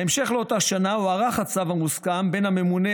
בהמשך אותה שנה הוארך הצו המוסכם בין הממונה